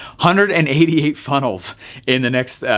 hundred and eighty eight funnels in the next